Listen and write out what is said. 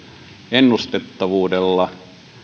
ennustettavuudella